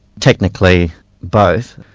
technically both.